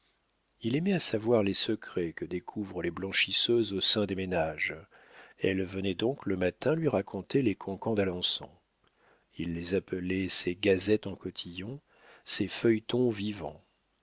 il aimait à savoir les secrets que découvrent les blanchisseuses au sein des ménages elles venaient donc le matin lui raconter les cancans d'alençon il les appelait ses gazettes en cotillon ses feuilletons vivants